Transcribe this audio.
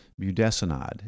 Budesonide